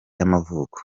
y’amavuko